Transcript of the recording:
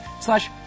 Slash